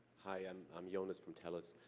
hi, i'm i'm jonas from teles,